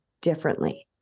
differently